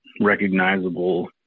recognizable